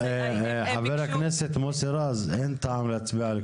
חבר הכנסת מוסי רז, אין טעם להצביע על כלום.